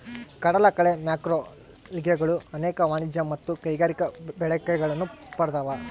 ಕಡಲಕಳೆ ಮ್ಯಾಕ್ರೋಲ್ಗೆಗಳು ಅನೇಕ ವಾಣಿಜ್ಯ ಮತ್ತು ಕೈಗಾರಿಕಾ ಬಳಕೆಗಳನ್ನು ಪಡ್ದವ